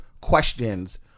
questions